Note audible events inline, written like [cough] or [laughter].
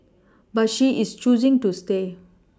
[noise] [noise] but she is choosing to stay